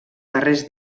darrers